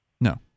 No